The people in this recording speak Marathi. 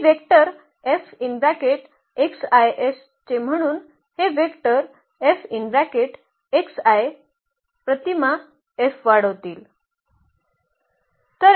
हे वेक्टर 's चे म्हणून हे वेक्टर प्रतिमा F वाढवतील